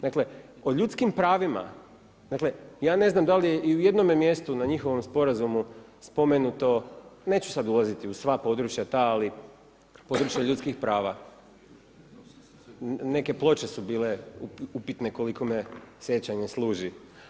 Dakle, o ljudskim pravima, ja ne znam da li je i u jednome mjestu na njihovom sporazumu spomenuto, neću sad ulaziti u sva područja ta, ali područja ljudskih prava, neke ploče su bile upitne, koliko me sjećanje služi.